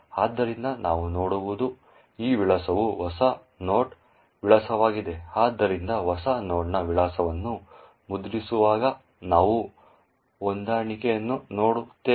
ಆದ್ದರಿಂದ ನಾವು ನೋಡುವುದು ಈ ವಿಳಾಸವು ಹೊಸ ನೋಡ್ನ ವಿಳಾಸವಾಗಿದೆ ಆದ್ದರಿಂದ ಹೊಸ ನೋಡ್ನ ವಿಳಾಸವನ್ನು ಮುದ್ರಿಸುವಾಗ ನಾವು ಹೊಂದಾಣಿಕೆಯನ್ನು ನೋಡುತ್ತೇವೆ